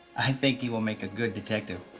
i think he will make a good detective.